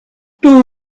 two